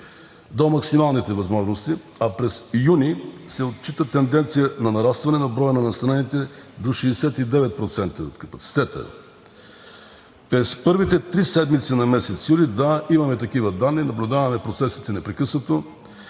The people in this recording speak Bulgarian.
до максималните възможности, а през юни се отчита тенденция на нарастване на броя на настанените до 69% от капацитета. През първите три седмици на месец юли, да, имаме такива данни, наблюдаваме процесите непрекъснато.